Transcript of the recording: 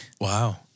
Wow